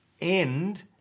end